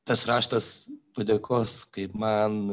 tas raštas padėkos kaip man